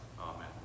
Amen